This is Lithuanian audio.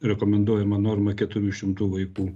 rekomenduojama norma keturių šimtų vaikų